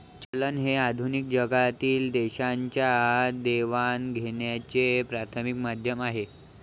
चलन हे आधुनिक जगातील देशांच्या देवाणघेवाणीचे प्राथमिक माध्यम आहे